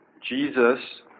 Jesus